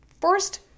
first